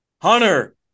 Hunter